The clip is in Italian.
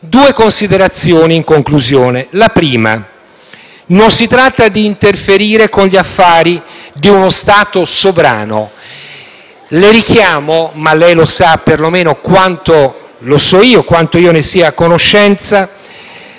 Due considerazioni in conclusione. La prima: non si tratta di interferire con gli affari di uno Stato sovrano. Le richiamo - ma lei lo sa perlomeno quanto lo so io - il fatto che